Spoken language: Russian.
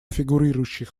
фигурирующих